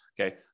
Okay